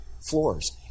floors